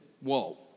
Whoa